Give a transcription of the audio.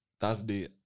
Thursday